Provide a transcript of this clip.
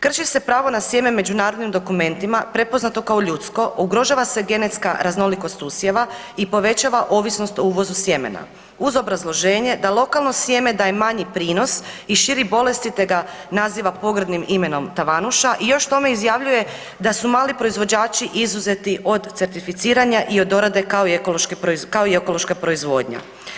Krši se pravo na sjeme međunarodnim dokumentima prepoznato kao ljudsko, ugrožava se genetska raznolikost usjeva i povećava ovisnost o uvozu sjemena uz obrazloženje da lokalno sjeme daje manji prinos i širi bolesti te ga naziva pogrdnim imenom „tavanuša“ i još k tome izjavljuje da su mali proizvođači izuzeti od certificiranja i od dorade kao i ekološka proizvodnja.